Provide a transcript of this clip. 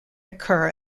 occur